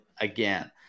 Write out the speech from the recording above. again